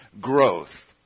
growth